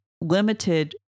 limited